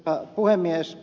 arvoisa puhemies